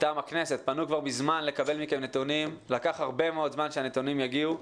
פנה כבר מזמן לקבל מכם נתונים ולקח הרבה מאוד זמן עד שהנתונים הגיעו.